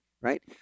right